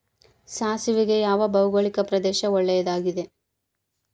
ಸಾಸಿವೆಗೆ ಯಾವ ಭೌಗೋಳಿಕ ಪ್ರದೇಶ ಒಳ್ಳೆಯದಾಗಿದೆ?